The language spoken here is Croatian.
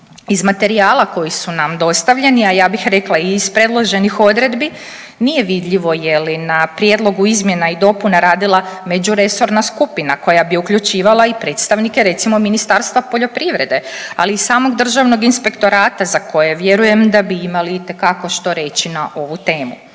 Iz materijala koji su nam dostavljeni, a ja bih rekla i iz predloženih odredbi nije vidljivo je li na prijedlogu izmjena i dopuna radila međuresorna skupina koja bi uključivala i predstavnike recimo Ministarstva poljoprivrede, ali i samog državnog inspektorata za koje vjerujem da bi imali itekako što reći na ovu temu.